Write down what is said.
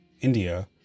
India